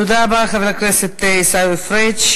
תודה רבה לחבר הכנסת עיסאווי פריג'.